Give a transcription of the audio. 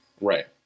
Right